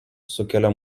sukelia